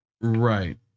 Right